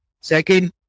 Second